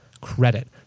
credit